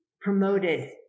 promoted